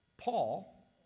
Paul